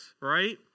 right